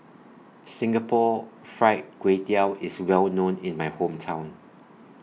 Singapore Fried Kway Tiao IS Well known in My Hometown